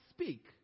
speak